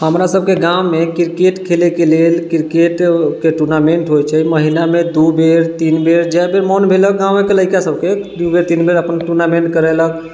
हमरा सबके गाममे किरकेट खेलैके लेल किरकेटके टूर्नामेन्ट होइ छै महिनामे दू बेर तीन बेर जाहि बेर मोन भेलै गाममे लइका सबके दू बेर तीन बेर अपन टूर्नामेन्ट करेलक